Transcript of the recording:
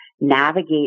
navigate